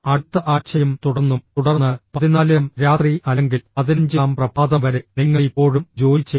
അടുത്ത ആഴ്ചയും തുടർന്നും തുടർന്ന് 14 ാം രാത്രി അല്ലെങ്കിൽ 15 ാം പ്രഭാതം വരെ നിങ്ങൾ ഇപ്പോഴും ജോലി ചെയ്യും